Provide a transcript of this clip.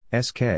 SK